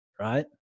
Right